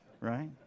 right